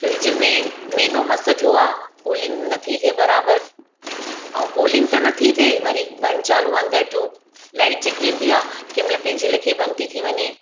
fridge में महीनो मसु थियो आहे कूलिंग नथी थिए बराबरि ऐं कूलिंग त नथी थिए वरी बंदि चालू अंदरि ट्यूब लाइट जेकी ईंदी आहे कंहिं महिल पंहिंजे लेखे ई बंदि थी थी वञे